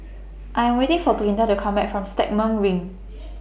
I Am waiting For Glinda to Come Back from Stagmont Ring